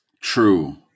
true